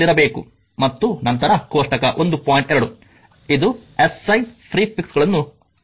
2 ಇದು SI prefixes ಗಳನ್ನು ನೋಡುತ್ತೇವೆ